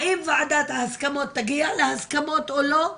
האם ועדת ההסכמות תגיע להסכמות או לא.